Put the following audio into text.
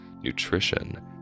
nutrition